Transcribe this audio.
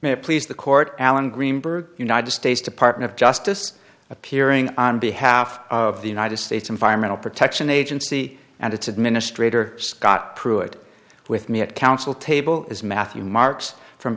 it please the court alan greenberg united states department of justice appearing on behalf of the united states environmental protection agency and its administrator scott pruitt with me at counsel table is matthew marks from